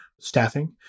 staffing